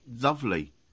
lovely